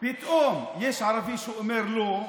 פתאום יש ערבי שאומר לא,